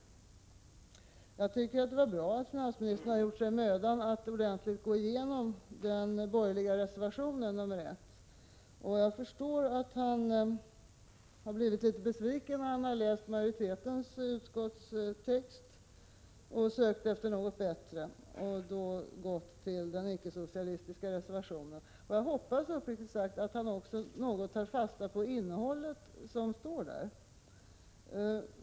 Jag tycker det är bra att finansministern verkligen har gjort sig mödan att gå igenom den borgerliga reservationen nr 1. Jag förstår att han har blivit litet besviken när han har läst majoritetens utskottstext samt sökt efter något bättre och därför gått till den icke-socialistiska reservationen. Uppriktigt sagt hoppas jag att han också något tar fasta på innehållet i reservationen.